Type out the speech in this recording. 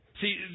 See